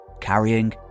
carrying